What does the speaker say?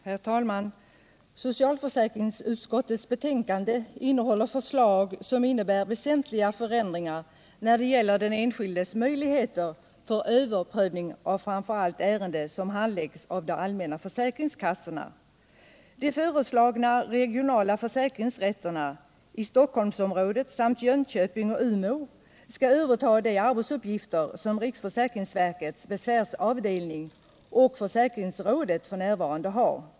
Herr talman! Socialförsäkringsutskottets betänkande innehåller förslag som innebär väsentliga förändringar när det gäller den enskildes möjligheter till överprövning av framför allt ärenden som handläggs av de allmänna försäkringskassorna. De föreslagna regionala försäkringsrätterna i Stockholmsområdet samt Jönköping och Umeå skall överta de arbetsuppgifter som riksförsäkringsverkets besvärsavdelning och försäkringsrådet f.n. har.